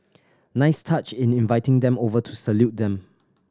nice touch in inviting them over to salute them